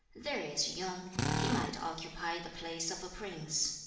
there is yung he might occupy the place of a prince